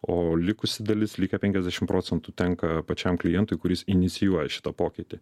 o likusi dalis likę penkiasdešimt procentų tenka pačiam klientui kuris inicijuoja šitą pokytį